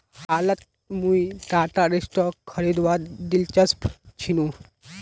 हालत मुई टाटार स्टॉक खरीदवात दिलचस्प छिनु